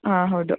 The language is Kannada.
ಹಾಂ ಹೌದು